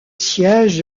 siège